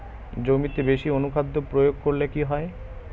জমিতে বেশি অনুখাদ্য প্রয়োগ করলে কি হয়?